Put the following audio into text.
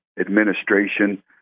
administration